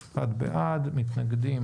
1. מי נגד?